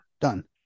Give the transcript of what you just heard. done